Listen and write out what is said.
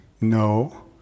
No